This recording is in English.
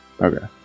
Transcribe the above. Okay